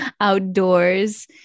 outdoors